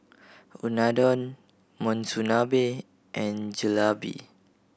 Unadon Monsunabe and Jalebi